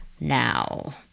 now